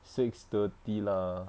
six thirty lah